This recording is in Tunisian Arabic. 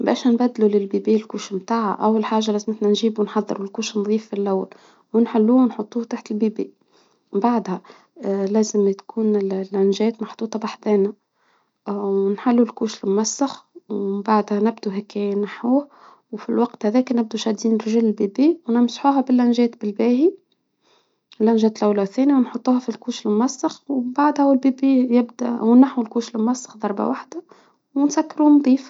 بش نبدله للبيبي الكوش متاعا، أول حاجة لازمتنا نجيبه نحضر الكوش نضيف في اللون ونحلوه ونحطوه تحت البيبي، وبعدها لازم تكون العنجيت محطوطة بحدانا ونحلوا الكوش الممسخ، ومن بعدها نبدو هيكي نحوه، وفي الوقت هذاك نبدو شادين رجال البيبي ونمسحوها باللنجات بالباهي. لو جت لولا ثاني ونحطها في الكوشة الموسخ، ومن بعدها والبيبي يبدأ أو النحو الكوش الممسخ ضربة وحدة ونسكر ونضيف.